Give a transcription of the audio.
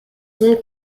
soon